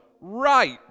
right